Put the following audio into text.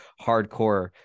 hardcore